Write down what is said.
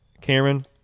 Cameron